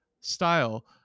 style